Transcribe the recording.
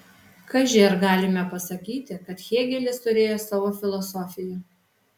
kaži ar galime pasakyti kad hėgelis turėjo savo filosofiją